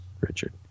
Richard